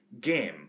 game